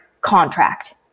contract